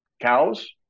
cows